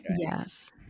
yes